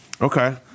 Okay